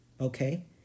Okay